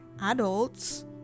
adults